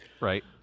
right